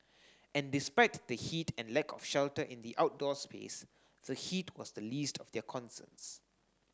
and despite the heat and lack of shelter in the outdoor space the heat was the least of their concerns